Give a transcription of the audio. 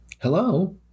Hello